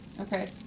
Okay